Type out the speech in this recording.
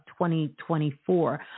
2024